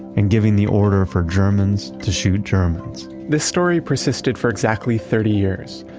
in giving the order for germans to shoot germans the story persisted for exactly thirty years.